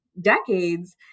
decades